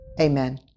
amen